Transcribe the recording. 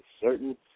certain